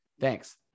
Thanks